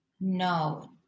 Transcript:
No